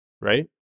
right